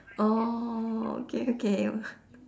orh okay okay